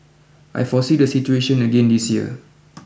I foresee the situation again this year